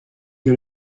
que